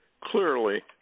clearly